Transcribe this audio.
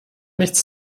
nichts